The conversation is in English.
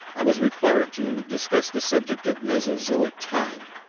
i was required to discuss the subject of mesozoic time.